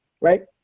right